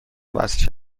وصل